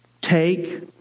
take